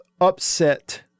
upset